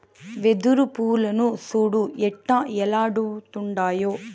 వెదురు పూలను సూడు ఎట్టా ఏలాడుతుండాయో